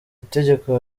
itegeko